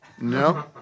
No